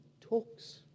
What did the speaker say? talks